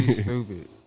stupid